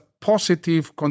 positive